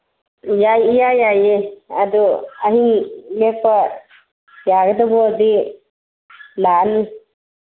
ꯌꯥꯏ ꯏꯌꯥ ꯌꯥꯏꯌꯦ ꯑꯗꯨ ꯑꯍꯤꯡ ꯂꯦꯛꯄ ꯌꯥꯒꯗꯧꯕ ꯑꯣꯏꯔꯗꯤ ꯂꯥꯛꯑꯅꯤ